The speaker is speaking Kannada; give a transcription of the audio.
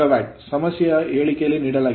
75kW ಸಮಸ್ಯೆಯ ಹೇಳಿಕೆಯಲ್ಲಿ ನೀಡಲಾಗಿದೆ